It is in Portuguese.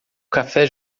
café